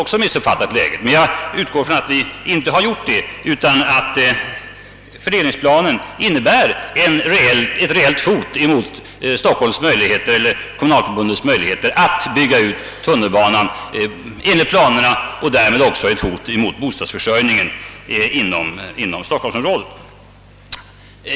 Men jag utgår från att någon sådan missuppfattning inte har gjorts, utan att fördelningsplanen innebär ett reellt hot mot kommunalförbundets möjligheter att bygga ut tunnelbanan enligt planerna och därmed också ett hot mot bostadsförsörjningen inom stockholmsområdet.